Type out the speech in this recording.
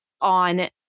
on